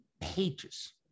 pages